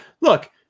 Look